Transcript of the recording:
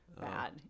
bad